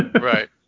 Right